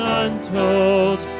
untold